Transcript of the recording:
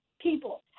people